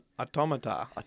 automata